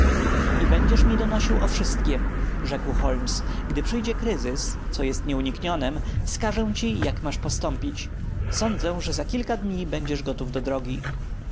i będziesz mi donosił o wszystkiem rzekł holmes gdy przyjdzie kryzys co jest nieuniknionem wskażę ci jak masz postąpić sądzę że za dni kilka będziesz gotów do drogi